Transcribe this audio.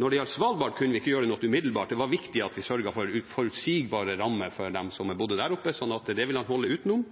når det gjaldt Svalbard, kunne vi ikke gjøre noe umiddelbart, det var viktig at vi sørget for forutsigbare rammer for dem som bodde der oppe. Så det ville han holde utenom.